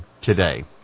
today